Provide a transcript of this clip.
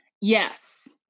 yes